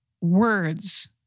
words